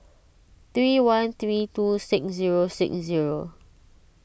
three one three two six zero six zero